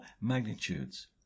magnitudes